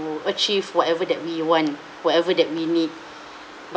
achieve whatever that we want whatever that we need